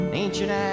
ancient